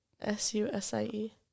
s-u-s-i-e